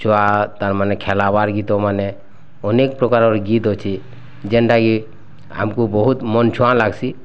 ଛୁଆ ତାମାନେ ଖେଲାବାର୍ ଗୀତମାନେ ଅନେକ୍ ପ୍ରକାରର ଗୀତ୍ ଅଛି ଯେନ୍ତା କି ଆମକୁ ବହୁତ ମନ୍ଛୁଆଁ ଲାଗ୍ସି